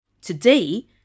Today